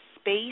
space